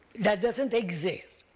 that doesn't exist.